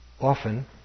often